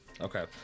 Okay